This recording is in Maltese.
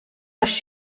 għax